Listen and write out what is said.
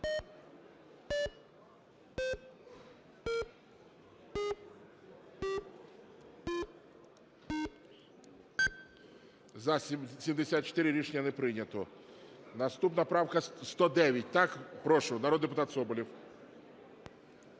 За-74 Рішення не прийнято. Наступна правка 109, так? Прошу, народний депутат Соболєв.